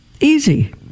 Easy